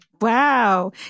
Wow